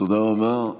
תודה רבה.